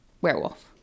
Werewolf